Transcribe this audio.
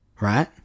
right